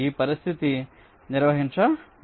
ఈ పరిస్థితి నిర్వహించబడుతుంది